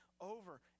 over